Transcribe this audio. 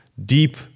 Deep